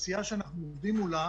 התעשייה שאנחנו עובדים מולה